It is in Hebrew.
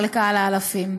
אמר לקהל האלפים.